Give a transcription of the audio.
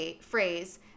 phrase